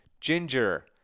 Ginger